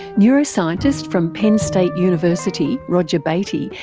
neuroscientist from penn state university, roger beaty,